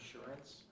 insurance